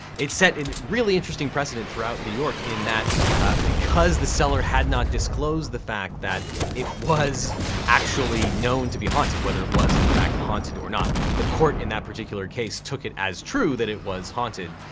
it set a really interesting precedent throughout new york in that because the seller had not disclosed the fact that it was actually known to be haunted, whether it was in fact, haunted or not. the court, in that particular case, took it as true that it was haunted.